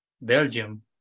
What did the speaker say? Belgium